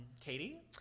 Katie